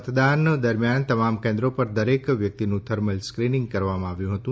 મતદાન દરમ્યાન તમામ કેન્દ્રો પર દરેક વ્યક્તિનું થર્મલ સ્ક્રીનીંગ કરાયું હતું